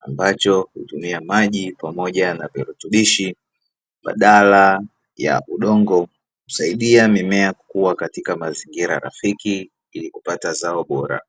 ambacho hutumia maji pamoja na virutubishi badala ya udongo, husaidia mimea kukua katika mazingira rafiki ili kupata zao bora.